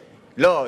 לא,